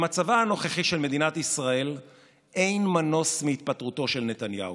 במצבה הנוכחי של מדינת ישראל אין מנוס מהתפטרותו של נתניהו.